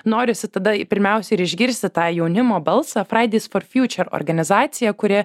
norisi tada pirmiausia ir išgirsti tą jaunimo balsą fridays for future organizacija kuri